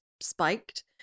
spiked